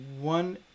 one